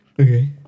Okay